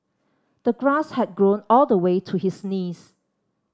the grass had grown all the way to his knees